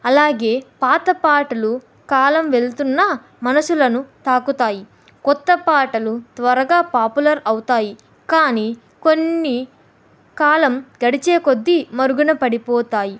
అలాగే పాత పాటలు కాలం వెళ్తున్నా మనసులను తాకుతాయి కొత్త పాటలు త్వరగా పాపులర్ అవుతాయి కానీ కొన్ని కాలం గడిచే కొద్దీ మరుగున పడిపోతాయి